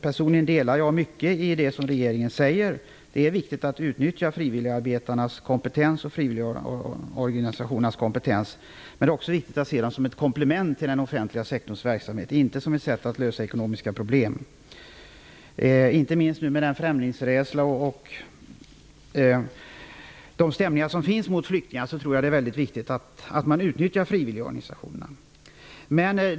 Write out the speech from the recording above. Personligen håller jag med om mycket av det regeringen säger. Det är viktigt att utnyttja frivilligarbetarnas och frivilligorganisationernas kompetens. Det är också viktigt att se dem som ett komplement till den offentliga sektorns verksamhet och inte som ett sätt att lösa ekonomiska problem. Jag tror att det inte minst mot bakgrund av den främlingsrädsla och de stämningar som finns mot flyktingar är väldigt viktigt att man utnyttjar frivilligorganisationerna.